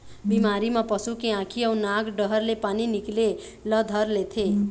बिमारी म पशु के आँखी अउ नाक डहर ले पानी निकले ल धर लेथे